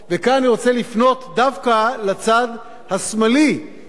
וכאן אני רוצה לפנות דווקא לצד השמאלי של